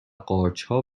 قارچها